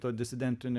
to disidentinio